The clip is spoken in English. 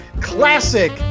classic